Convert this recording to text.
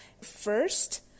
First